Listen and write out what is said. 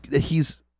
he's-